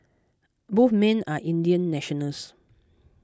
both men are Indian nationals